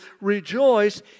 Rejoice